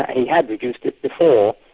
he had reduced it before,